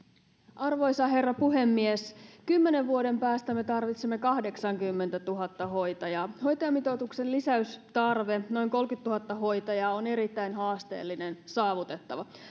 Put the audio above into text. arvoisa herra puhemies kymmenen vuoden päästä me tarvitsemme kahdeksankymmentätuhatta hoitajaa hoitajamitoituksen lisäystarve noin kolmekymmentätuhatta hoitajaa on erittäin haasteellinen saavutettava